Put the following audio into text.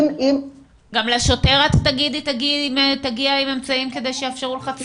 גם לשוטר תגידי תגיע עם אמצעים כדי שיאפשרו לך צפייה?